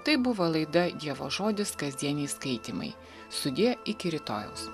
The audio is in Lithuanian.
tai buvo laida dievo žodis kasdieniai skaitymai sudie iki rytojaus